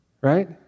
right